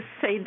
say